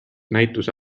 näituse